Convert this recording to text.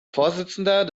vorsitzender